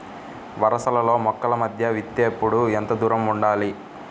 వరసలలో మొక్కల మధ్య విత్తేప్పుడు ఎంతదూరం ఉండాలి?